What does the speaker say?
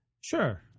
Sure